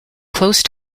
close